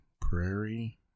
Prairie